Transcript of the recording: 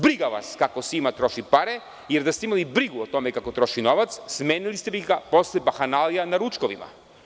Briga vas kako Sima troši pare, jer da ste imali brigu o tome kako troši novac, smenili biste ga posle bahanalija na ručkovima.